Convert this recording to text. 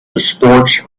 sports